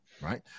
right